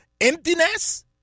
emptiness